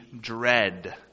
dread